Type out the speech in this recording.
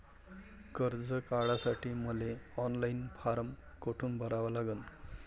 कर्ज काढासाठी मले ऑनलाईन फारम कोठून भरावा लागन?